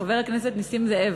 חבר הכנסת נסים זאב,